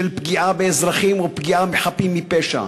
פגיעה באזרחים או פגיעה בחפים מפשע.